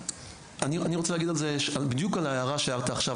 אני רוצה להעיר משהו בדיוק על ההערה שהערת עכשיו.